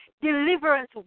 deliverance